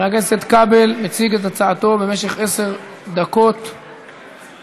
חבר הכנסת כבל יציג את הצעתו במשך עשר דקות מעכשיו.